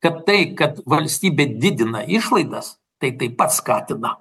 kad tai kad valstybė didina išlaidas tai taip pat skatina